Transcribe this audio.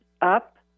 up